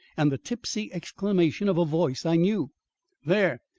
and the tipsy exclamation of a voice i knew there!